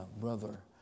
Brother